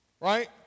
right